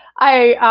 i